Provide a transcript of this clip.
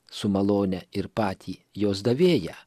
su malone ir patį jos davėją